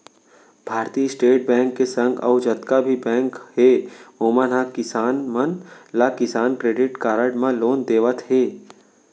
भारतीय state bank के संग अउ जतका भी बेंक हे ओमन ह किसान मन ला किसान क्रेडिट कारड म लोन देवत हें